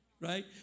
Right